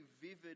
vivid